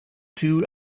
two